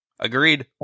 Agreed